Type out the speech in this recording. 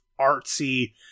artsy